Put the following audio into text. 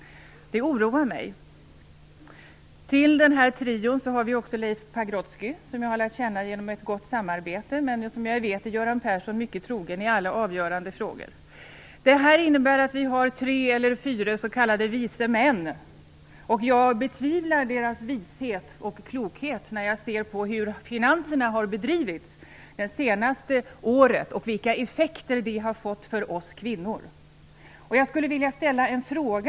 Det oroar mig. Förutom den här trion är det också Leif Pagrotsky, som jag har lärt känna genom ett gott samarbete men som jag vet är Göran Persson mycket trogen i alla avgörande frågor. Detta innebär att vi har fyra s.k. vise män, och jag betvivlar deras vishet och klokhet när jag ser hur finanserna har bedrivits det senaste året och vilka effekter det har fått för oss kvinnor.